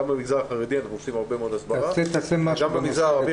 גם במגזר החרדי אנחנו עושים הרבה מאוד הסברה וגם במגזר הערבי.